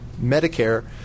Medicare